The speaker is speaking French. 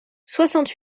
soixante